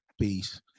peace